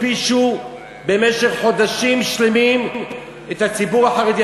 הכפישו במשך חודשים שלמים את הציבור החרדי.